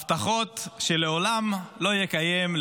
הבטחות שלעולם לא יקיים,